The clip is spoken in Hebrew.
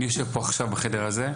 אני יושב פה עכשיו בחדר הזה,